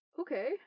Okay